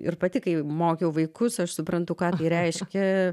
ir pati kai mokiau vaikus aš suprantu ką reiškia